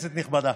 כנסת נכבדה,